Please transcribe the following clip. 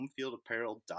homefieldapparel.com